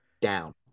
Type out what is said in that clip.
down